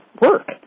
work